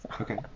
Okay